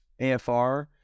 AFR